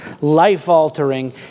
life-altering